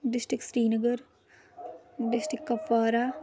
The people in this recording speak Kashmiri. district Srinagar district Kupwara